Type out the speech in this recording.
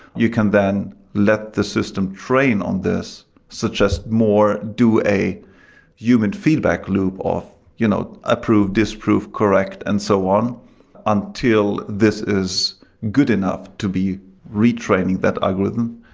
you can then let the system train on this such as more do a human feedback loop of you know approve, disprove, correct and so on until this is good enough to be retraining that algorithm.